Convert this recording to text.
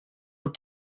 will